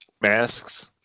masks